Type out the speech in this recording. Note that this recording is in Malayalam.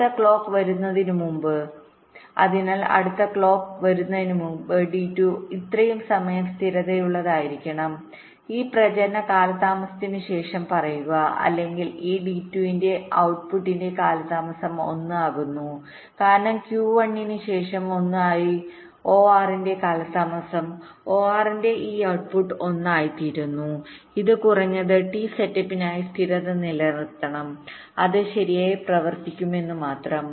അടുത്ത ക്ലോക്ക് വരുന്നതിനുമുമ്പ് അതിനാൽ അടുത്ത ക്ലോക്ക് വരുന്നതിനുമുമ്പ് D2 ഇത്രയും സമയം സ്ഥിരതയുള്ളതായിരിക്കണം ഈ പ്രചരണ കാലതാമസത്തിനുശേഷം പറയുക അല്ലെങ്കിൽ ഈ D2 ന്റെ ഔട്ട് പുട്ടിന്റെ കാലതാമസം 1 ആകുന്നു കാരണം Q1 1 ന് ശേഷം 1 ആയി OR യുടെ കാലതാമസം OR ന്റെ ഈ ഔട്ട്പുട് 1 ആയിത്തീരുന്നു ഇത് കുറഞ്ഞത് ടി സെറ്റപ്പിനായി സ്ഥിരത നിലനിർത്തണം അത് ശരിയായി പ്രവർത്തിക്കുമെന്ന് മാത്രം